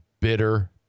bitter